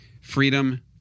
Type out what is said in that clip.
freedom